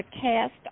cast